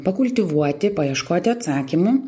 pakultivuoti paieškoti atsakymų